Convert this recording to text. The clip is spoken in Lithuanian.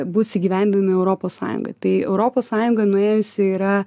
bus įgyvendinami europos sąjungoj tai europos sąjunga nuėjusi yra